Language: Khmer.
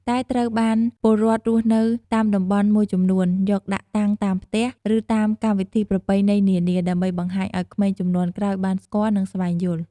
តែត្រូវបានពលរដ្ឋរស់នៅតាមតំបន់មួយចំនួន យកដាក់តាំងតាមផ្ទះ ឬតាមកម្មវិធីប្រពៃណីនានា ដើម្បីបង្ហាញឱ្យក្មេងជំនាន់ក្រោយបានស្គាល់ និងស្វែងយល់។